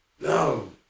no